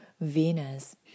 Venus